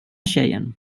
tjejen